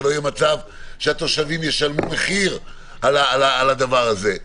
שלא יהיה מצב שהתושבים ישלמו מחיר על הדבר הזה.